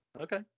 okay